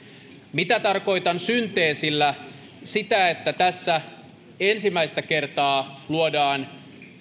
mitä tarkoitan synteesillä sitä että tässä ensimmäistä kertaa luodaan